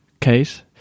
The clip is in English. case